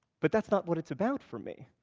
but that's not what it's about for me.